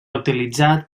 utilitzat